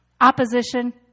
Opposition